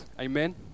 Amen